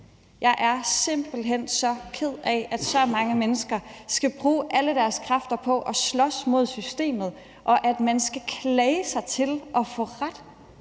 Jeg er simpelt hen så ked af, at så mange mennesker skal bruge alle deres kræfter på at slås mod systemet, og at man skal klage sig til at få ret.